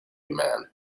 man